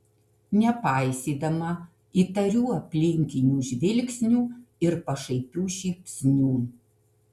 nepaisydama įtarių aplinkinių žvilgsnių ir pašaipių šypsnių